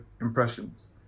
impressions